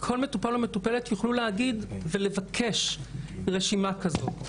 כל מטופל ומטופלת יוכלו להגיד ולבקש רשימה כזאת.